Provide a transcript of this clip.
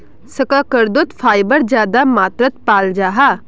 शकार्कंदोत फाइबर ज्यादा मात्रात पाल जाहा